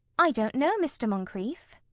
i don't know, mr. moncrieff.